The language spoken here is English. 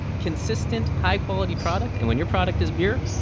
consistent high quality product and when your product is beer,